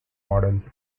model